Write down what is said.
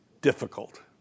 difficult